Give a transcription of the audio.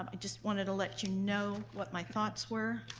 um just wanted to let you know what my thoughts were.